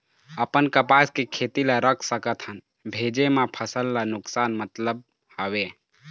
अपन कपास के खेती रख सकत हन भेजे मा फसल ला नुकसान मतलब हावे?